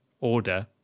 order